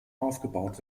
aufgebaut